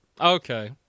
Okay